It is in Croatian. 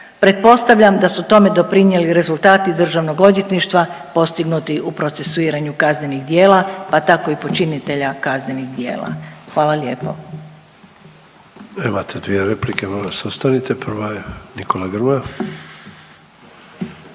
pretpostavljam da su tome doprinjeli rezultati državnog odvjetništva postignuti u procesuiranju kaznenih djela, pa tako i počinitelja kaznenih djela, hvala lijepo.